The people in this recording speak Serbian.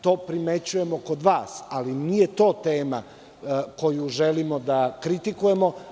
To primećujemo kod vas, ali nije to tema koju želimo da kritikujemo.